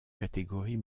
catégories